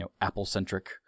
Apple-centric